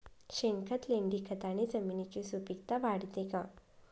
शेणखत, लेंडीखताने जमिनीची सुपिकता वाढते का?